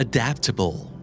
Adaptable